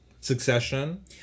Succession